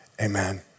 amen